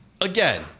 again